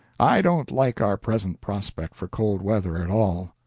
i don't like our present prospect for cold weather at all.